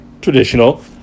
Traditional